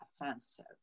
offensive